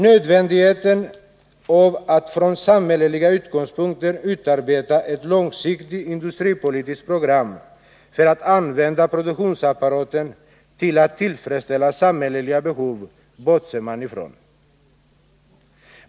Nödvändigheten av att från samhälleliga utgångspunkter utarbeta ett långsiktigt industripolitiskt program för att använda produktionsapparaten till att tillfredsställa samhälleliga behov bortser man från.